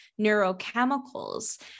neurochemicals